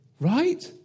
Right